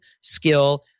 skill